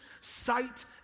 sight